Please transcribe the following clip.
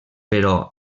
però